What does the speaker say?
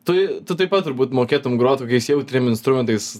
tu tu taip pat turbūt mokėtum grot kokiais jau trim instrumentais